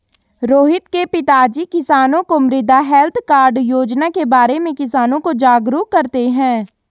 रोहित के पिताजी किसानों को मृदा हैल्थ कार्ड योजना के बारे में किसानों को जागरूक करते हैं